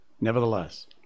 nevertheless